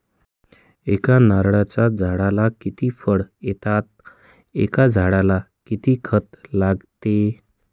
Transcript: एका नारळाच्या झाडाला किती फळ येतात? एका झाडाला किती खत लागते?